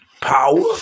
power